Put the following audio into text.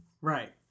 Right